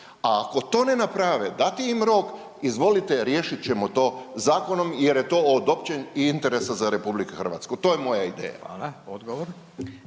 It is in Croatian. A ako to ne naprave, dati im rok, izvolite riješit ćemo to zakonom jer je to od općeg interesa za RH, to je moja ideja.